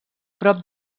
prop